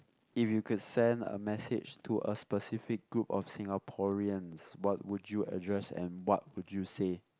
if you could send a message to a specific group of Singaporeans what would you address and what would you say